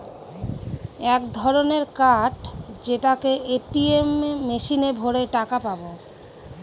এক ধরনের কার্ড যেটাকে এ.টি.এম মেশিনে ভোরে টাকা পাবো